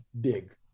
big